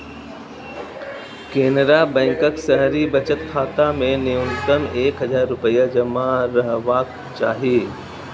केनरा बैंकक शहरी बचत खाता मे न्यूनतम एक हजार रुपैया जमा रहबाक चाही